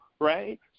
right